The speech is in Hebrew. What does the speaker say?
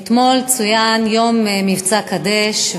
אתמול צוין יום מבצע "קדש",